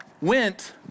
went